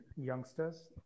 youngsters